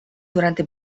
durante